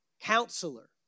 counselor